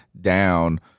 down